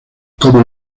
como